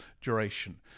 duration